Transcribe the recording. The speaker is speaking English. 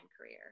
career